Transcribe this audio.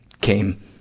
came